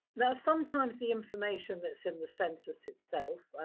now, sometimes the information that's in the census itself,